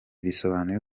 bisobanuye